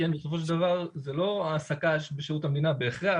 בסופו של דבר זה לא העסקה בשירות המדינה בהכרח.